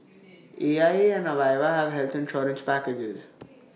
A I A and Aviva have health insurance packages